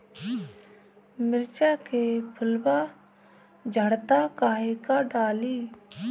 मिरचा के फुलवा झड़ता काहे का डाली?